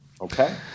Okay